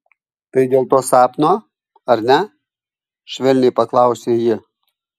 tai dėl to sapno ar ne švelniai paklausė ji